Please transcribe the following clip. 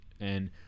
and-